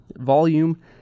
volume